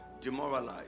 demoralized